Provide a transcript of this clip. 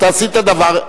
אתה עשית דבר,